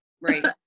Right